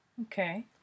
Okay